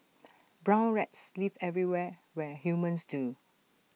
brown rats live everywhere where humans do